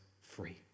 free